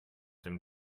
dem